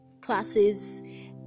classes